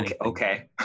okay